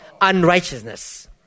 unrighteousness